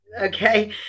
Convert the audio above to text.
Okay